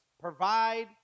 provide